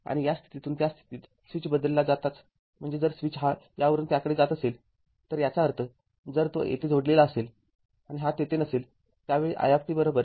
आणि या स्थितीतून त्या स्थितीत स्विच बदलला जाताच म्हणजे जर स्विच हा यावरून त्याकडे जात असेल तर याचा अर्थ जर तो येथे जोडलेला असेल आणि हा तेथे नसेल त्यावेळी i i३आहे बरोबर